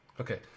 Okay